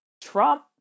Trump